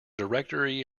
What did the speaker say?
directory